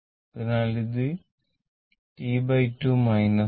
അതിനാൽ ഇത് T2 minus 0